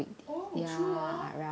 oh true hor